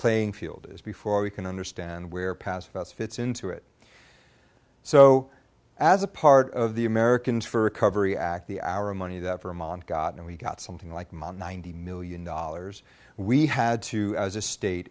playing field is before we can understand where past best fits into it so as a part of the americans for recovery act the our money that vermont got and we got something like month ninety million dollars we had to as a state